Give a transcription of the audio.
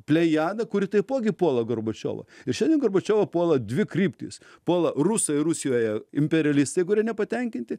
plejada kuri taipogi puola gorbačiovą ir šiandien gorbačiovą puola dvi kryptys puola rusai rusijoje imperialistai kurie nepatenkinti